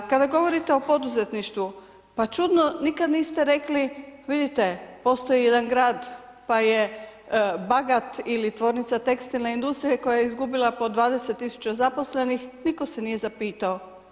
Kada govorite o poduzetništvu, pa čudno nikad niste rekli vidite postoji jedan grad pa je … ili tvornica tekstilne industrije koja je izgubila po 20 000 zaposlenih, nitko se nije zapitao.